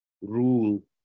Rule